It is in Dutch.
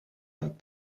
een